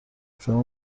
شما